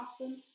often